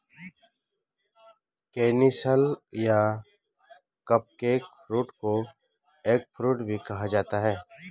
canistel या cupcake fruit को eggfruit भी कहा जाता है